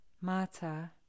Mata